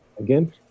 Again